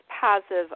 positive